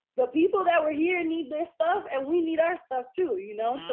the people that were here, need their stuff. and we need our stuff too, you know, so